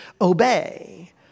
obey